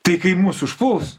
tai kai mus užpuls